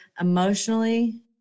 emotionally